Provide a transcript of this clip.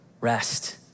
rest